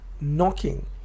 knocking